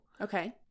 Okay